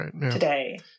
today